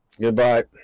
Goodbye